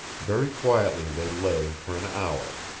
very quietly they lay for an hour.